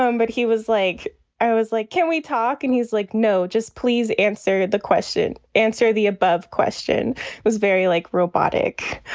um but he was like i was like, can we talk? and he's like, no, just please answer the question. answer. the above question was very like robotic.